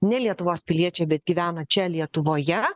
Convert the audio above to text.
ne lietuvos piliečiai bet gyvena čia lietuvoje